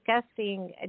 discussing